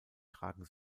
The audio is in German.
tragen